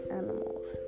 animals